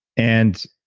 and